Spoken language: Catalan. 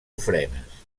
ofrenes